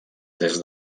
des